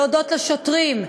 להודות לשוטרים,